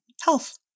health